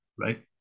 right